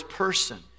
person